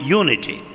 unity